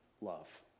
love